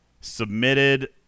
submitted